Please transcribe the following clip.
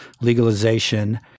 legalization